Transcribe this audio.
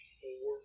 four